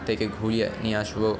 থেকে ঘুরিয়ে নিয়ে আসবো